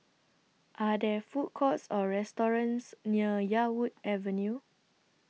Are There Food Courts Or restaurants near Yarwood Avenue